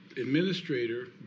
administrator